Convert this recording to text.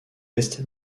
est